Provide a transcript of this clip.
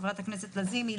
חברת הכנסת לזימי,